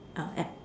uh App